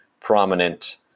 prominent